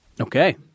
Okay